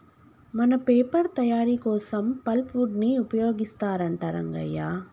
మన పేపర్ తయారీ కోసం పల్ప్ వుడ్ ని ఉపయోగిస్తారంట రంగయ్య